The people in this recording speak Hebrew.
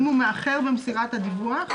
במקרה דנן,